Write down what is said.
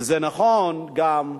וזה נכון גם,